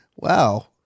Wow